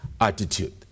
attitude